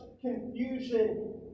confusion